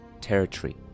territory